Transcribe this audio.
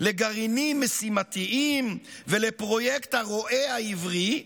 לגרעינים משימתיים ולפרויקט "הרועה העברי"